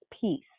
peace